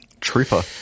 trooper